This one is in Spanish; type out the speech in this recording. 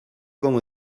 como